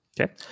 Okay